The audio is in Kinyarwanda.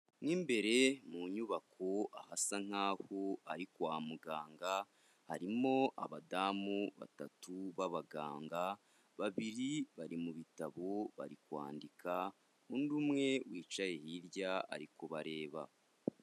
Mo imbere mu nyubako ahasa nk'aho ari kwa muganga, harimo abadamu batatu b'abaganga, babiri bari mu bitabo bari kwandika, undi umwe wicaye hirya ari kubareba.